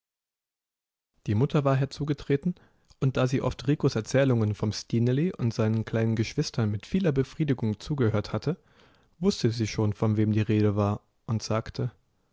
die mutter war herzugetreten und da sie oft ricos erzählungen vom stineli und seinen kleinen geschwistern mit vieler befriedigung zugehört hatte wußte sie schon von wem die rede war und sagte